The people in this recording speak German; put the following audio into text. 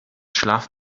schlaf